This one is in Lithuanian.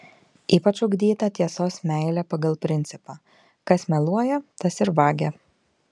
ypač ugdyta tiesos meilė pagal principą kas meluoja tas ir vagia